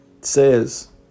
says